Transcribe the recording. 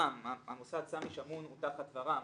המוסד סמי שמעון הוא תחת ור"מ.